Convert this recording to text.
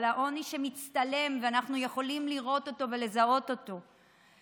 על העוני שמצטלם ואנחנו יכולים לראות אותו ולזהות אותו.